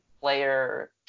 player